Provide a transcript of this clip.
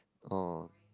oh